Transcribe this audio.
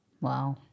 Wow